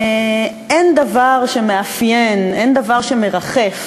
שאין דבר שמאפיין, אין דבר שמרחף